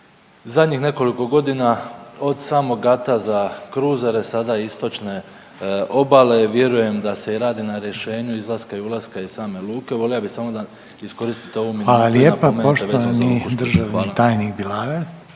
Zadnjih nekoliko godina od samog gata za kruzere sada istočne obale vjerujem da se i radi na rješenju izlaska i ulaska iz same luke, volio bi samo da iskoristite ovu minutu da napomenete vezano za …/Govornik se